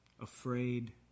afraid